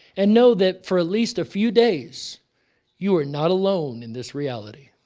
and know that for at least a few days you are not alone in this reality.